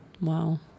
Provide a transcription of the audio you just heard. Wow